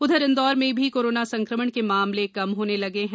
उधर इंदौर में भी कोरोना संकमण के मामले कम होन्न लगे हैं